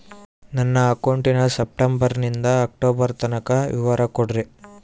ನನ್ನ ಅಕೌಂಟಿನ ಸೆಪ್ಟೆಂಬರನಿಂದ ಅಕ್ಟೋಬರ್ ತನಕ ವಿವರ ಕೊಡ್ರಿ?